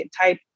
type